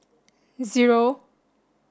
zero